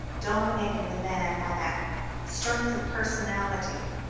dominating the man by that strength of personality,